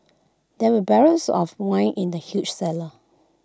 there were barrels of wine in the huge cellar